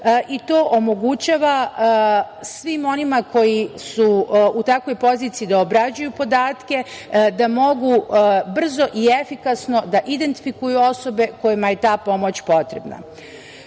To omogućava svima onima koji su u takvoj poziciji da obrađuju podatke, da mogu brzo i efikasno da identifikuju osobe kojima je ta pomoć potrebna.